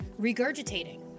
regurgitating